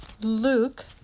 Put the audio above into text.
Luke